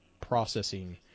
processing